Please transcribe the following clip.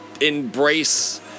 embrace